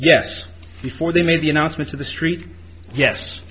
yes before they made the announcement to the street yes